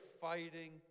fighting